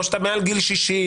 או שאתה מעל גיל 60,